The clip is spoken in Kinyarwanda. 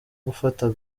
gufata